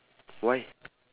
why